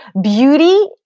beauty